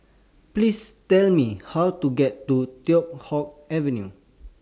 Please Tell Me How to get to Teow Hock Avenue